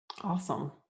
Awesome